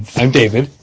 i'm david.